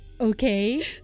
okay